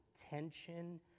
tension